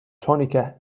tunica